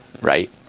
right